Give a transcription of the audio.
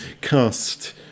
cast